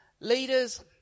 leaders